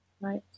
Right